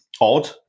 odd